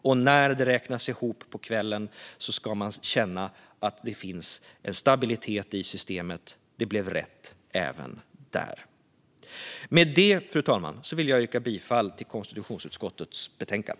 Och när rösterna räknas ihop på kvällen ska man känna att det finns en stabilitet i systemet. Det blev rätt även där. Med det, fru talman, vill jag yrka bifall till konstitutionsutskottets förslag.